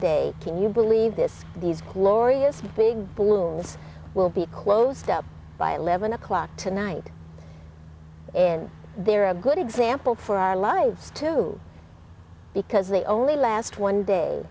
day can you believe this these glorious big balloons will be closed up by eleven o'clock tonight and they're a good example for our lives too because they only last one day